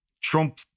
Trump